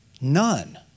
None